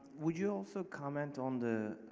would you also comment on the